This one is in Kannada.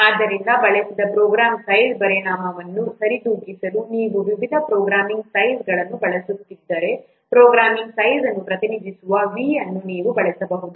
ಆದ್ದರಿಂದ ಬಳಸಿದ ಪ್ರೋಗ್ರಾಂ ಸೈಜ್ ಪರಿಣಾಮವನ್ನು ಸರಿದೂಗಿಸಲು ನೀವು ವಿವಿಧ ಪ್ರೋಗ್ರಾಂ ಸೈಜ್ಗಳನ್ನು ಬಳಸುತ್ತಿದ್ದರೆ ಪ್ರೋಗ್ರಾಂ ಸೈಜ್ ಅನ್ನು ಪ್ರತಿನಿಧಿಸುವ V ಅನ್ನು ನೀವು ಬಳಸಬಹುದು